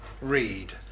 read